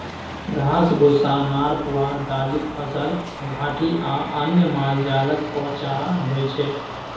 घास, भुस्सा, नार पुआर, दालिक फसल, घाठि आ अन्न मालजालक चारा होइ छै